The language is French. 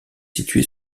situé